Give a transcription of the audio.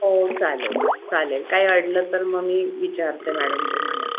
हो चालेल चालेल काही अडलं तर मग मी विचारते मॅडम तुम्हाला